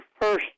first